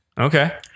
Okay